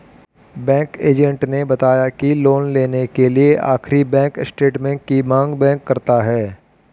bank agent ने बताया की लोन लेने के लिए आखिरी बैंक स्टेटमेंट की मांग बैंक करता है